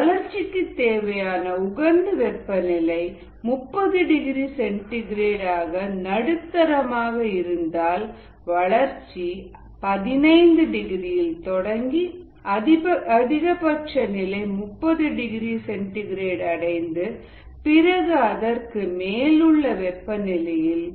வளர்ச்சிக்கு தேவையான உகந்த வெப்பநிலை 30 டிகிரி சென்டிகிரேட்ஆக நடுத்தரமாக இருந்தால் வளர்ச்சி 15 டிகிரி யில் தொடங்கி அதிகபட்ச நிலை 30 டிகிரி சென்டிகிரேட் அடைந்து பிறகு அதற்கு மேலுள்ள வெப்பநிலையில்